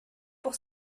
pour